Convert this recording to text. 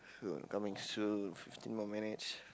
coming soon fifteen more minutes